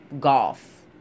golf